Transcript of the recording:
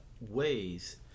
ways